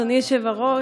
אדוני היושב-ראש,